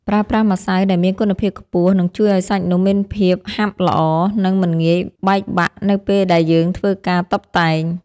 ប្រើប្រាស់ម្សៅដែលមានគុណភាពខ្ពស់នឹងជួយឱ្យសាច់នំមានភាពហាប់ល្អ និង មិនងាយបែកបាក់នៅពេលដែលយើងធ្វើការតុបតែង។